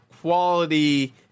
quality